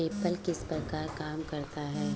PayPal किस प्रकार काम करता है?